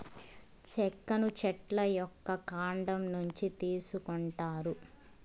చెక్కను చెట్ల యొక్క కాండం నుంచి తీసుకొంటారు